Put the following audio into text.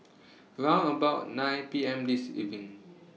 round about nine P M This evening